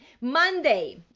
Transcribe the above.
Monday